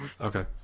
okay